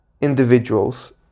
individuals